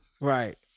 Right